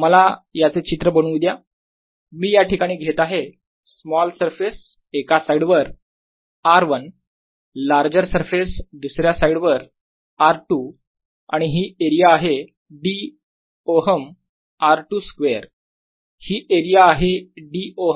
मला याचे चित्र बनवू द्या मी या ठिकाणी घेत आहे स्मॉल सरफेस एका साईडवर r 1 लार्जर सरफेस दुसऱ्या साईडवर r 2 आणि हि एरिया आहे dΩ r2 स्क्वेअर ही एरिया आहे dΩ